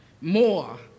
more